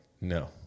No